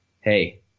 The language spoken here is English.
hey